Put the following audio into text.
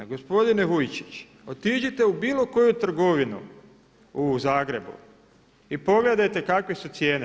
Gospodine Vujčić, otiđite u bilo koju trgovinu u Zagrebu i pogledajte kakve su cijene.